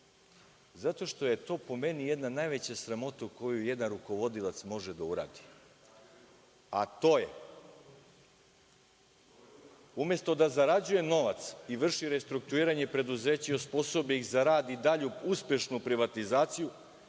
Zato što je to, po meni, jedna najveća sramota koju jedan rukovodilac može da uradi, a to je umesto da zarađuje novac i vrši restrukturiranje preduzeća i osposobi ih za rad i dalju uspešnu privatizaciju,